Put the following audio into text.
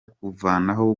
kuvanaho